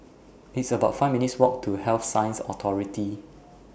It's about five minutes' Walk to Health Sciences Authority